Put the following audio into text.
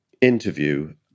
interview